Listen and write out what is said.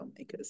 filmmakers